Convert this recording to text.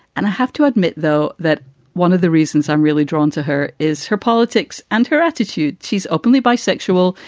and i have to admit, though, that one of the reasons i'm really drawn to her is her politics and her attitude. she's openly bisexual.